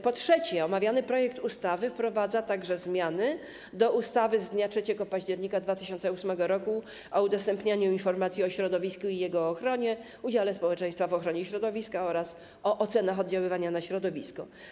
Po trzecie, omawiany projekt ustawy wprowadza także zmiany do ustawy z dnia 3 października 2008 r. o udostępnianiu informacji o środowisku i jego ochronie, udziale społeczeństwa w ochronie środowiska oraz o ocenach oddziaływania na środowisko.